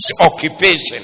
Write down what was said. occupation